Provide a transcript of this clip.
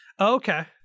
Okay